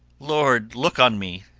lord look on me!